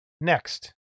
Next